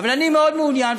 אבל אני מאוד מעוניין,